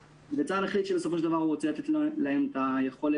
צה"ל החליט שבסופו של דבר הוא רוצה לתת להם את היכולת